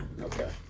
okay